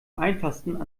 einfachsten